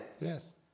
Yes